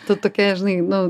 tu tokia žinai nu